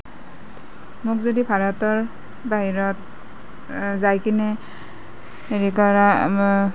মোক যদি ভাৰতৰ বাহিৰত যাই কিনে হেৰি কৰা